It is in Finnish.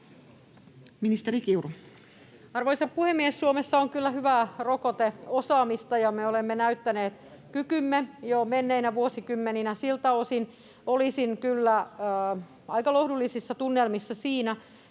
Ministeri Kiuru. Arvoisa puhemies! Suomessa on kyllä hyvää rokoteosaamista, ja me olemme näyttäneet kykymme jo menneinä vuosikymmeninä. Siltä osin olisin kyllä aika lohdullisissa tunnelmissa siinä,